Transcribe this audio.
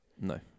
No